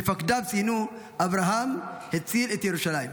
מפקדיו ציינו: אברהם הציל את ירושלים.